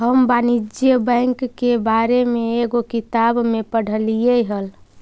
हम वाणिज्य बैंक के बारे में एगो किताब में पढ़लियइ हल